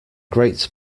great